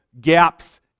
gaps